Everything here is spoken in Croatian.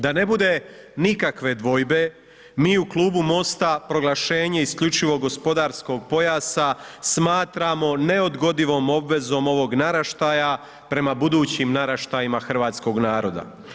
Da ne bude nikakve dvojbe mi u Klubu MOST-a proglašenje isključivog gospodarskog pojasa smatramo neodgodivom obvezom ovog naraštaja prema budućim naraštajima hrvatskog naroda.